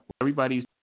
Everybody's